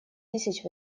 тысяч